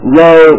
low